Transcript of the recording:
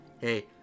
Hey